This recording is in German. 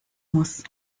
muss